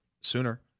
sooner